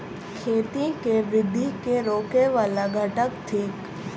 खेती केँ वृद्धि केँ रोकय वला घटक थिक?